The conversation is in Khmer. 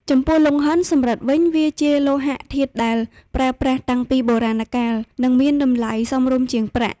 ចំពោះ លង្ហិន សំរឹទ្ធ វិញ វាជាលោហៈធាតុដែលប្រើប្រាស់តាំងពីបុរាណកាល និងមានតម្លៃសមរម្យជាងប្រាក់។